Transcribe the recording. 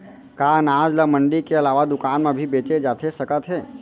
का अनाज ल मंडी के अलावा दुकान म भी बेचे जाथे सकत हे?